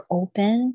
open